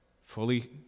fully